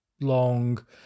long